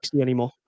anymore